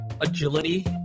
agility